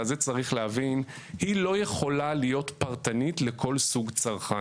זה נשמע נורא יפה בתיאורים.